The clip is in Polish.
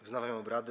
Wznawiam obrady.